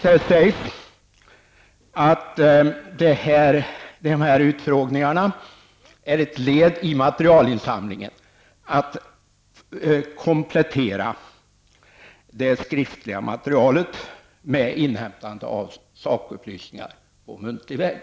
Där sägs att dessa utfrågningar är ett led i materialinsamlingen, en komplettering av det skriftliga materialet med inhämtande av sakupplysningar på muntlig väg.